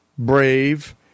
brave